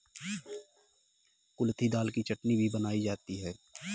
कुल्थी दाल की चटनी भी बनाई जाती है